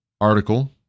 article